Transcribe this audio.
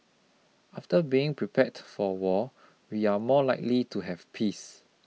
after being prepared for war we are more likely to have peace